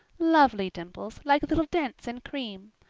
lovely dimples, like little dents in cream.